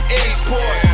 export